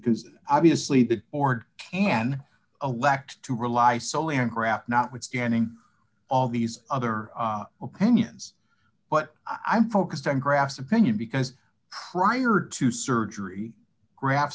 because obviously the board can elect to rely solely on craft not withstanding all these other opinions but i'm focused on grass opinion because prior to surgery gra